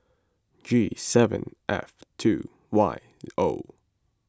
G seven F two Y O